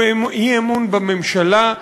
הוא אי-אמון בממשלה,